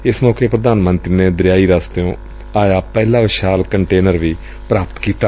ਏਸ ਮੌਕੇ ਪ੍ਧਾਨ ਮੰਤਰੀ ਨੇ ਦਰਿਆਈ ਰਸਤਿਓਂ ਆਇਆ ਪਹਿਲਾ ਵਿਸ਼ਾਲ ਕੰਟੇਨਰ ਪ੍ਾਪਤ ਕੀਤਾ